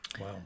Wow